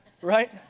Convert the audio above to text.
right